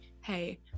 hey